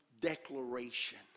declaration